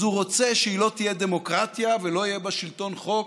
אז הוא רוצה שהיא לא תהיה דמוקרטיה ולא יהיה בה שלטון חוק,